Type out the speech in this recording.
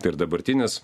tai ir dabartinis